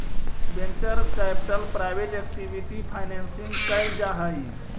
venture capital private equity financing कैल जा हई